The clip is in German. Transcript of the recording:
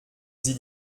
sie